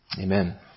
Amen